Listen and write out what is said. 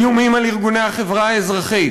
איומים על ארגוני החברה האזרחית,